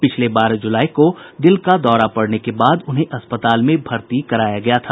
पिछले बारह जुलाई को दिल का दौरा पड़ने के बाद उन्हें अस्पताल में भर्ती कराया गया था